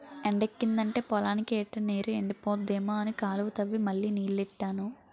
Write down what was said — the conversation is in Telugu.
ఎండెక్కిదంటే పొలానికి ఎట్టిన నీరు ఎండిపోద్దేమో అని కాలువ తవ్వి మళ్ళీ నీల్లెట్టాను